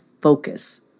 focus